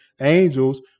angels